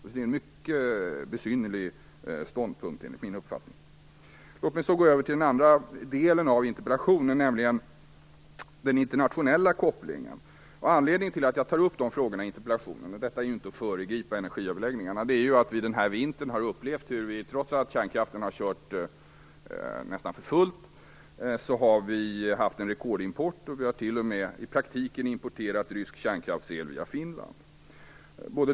Det är en mycket besynnerlig ståndpunkt, enligt min uppfattning. Låt mig sedan gå över till den andra delen av interpellationen, nämligen den internationella kopplingen. Anledningen att jag tar upp dessa frågor i interpellationen är ju inte att föregripa energiöverläggningarna utan det är för att vi den här vintern har haft en rekordimport av el, trots att kärnkraften har körts för fullt. I praktiken har vi t.o.m. importerat rysk kärnkraftsel via Finland.